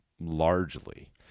largely